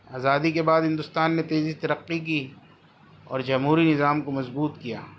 آزادی کے بعد ہندوستان نے تیزی سے ترقی کی اور جمہوری نظام کو مضبوط کیا